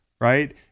right